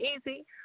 easy